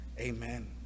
amen